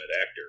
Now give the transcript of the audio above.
actor